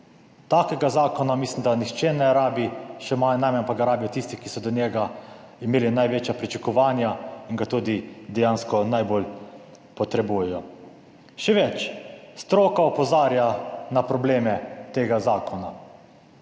takega zakona, mislim, da nihče ne rabi, še manj najmanj pa ga rabijo tisti, ki so do njega imeli največja pričakovanja in ga tudi dejansko najbolj potrebujejo. Še več, stroka opozarja na probleme tega zakona,